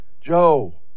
Joe